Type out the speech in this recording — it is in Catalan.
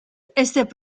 aquest